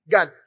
God